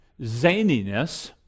zaniness